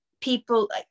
people